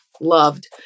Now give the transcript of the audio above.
loved